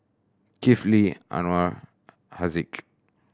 Kifli Anuar Haziq